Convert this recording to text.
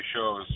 shows